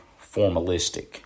formalistic